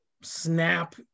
snap